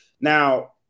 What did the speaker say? Now